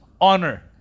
honor